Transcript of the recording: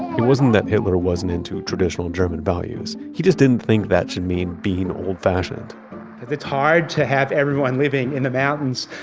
it wasn't that hitler wasn't into traditional german values. he just didn't think that should mean being old-fashioned it's hard to have everyone living in the mountains,